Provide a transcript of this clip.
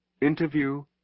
Interview